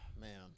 man